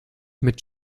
mit